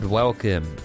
welcome